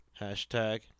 Hashtag